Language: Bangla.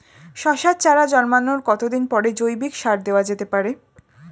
শশার চারা জন্মানোর কতদিন পরে জৈবিক সার দেওয়া যেতে পারে?